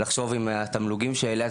לחשוב אם התמלוגים שהעלית,